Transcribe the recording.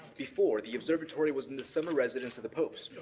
before, the observatory was in the summer residence of the popes.